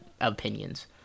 opinions